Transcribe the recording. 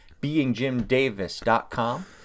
beingjimdavis.com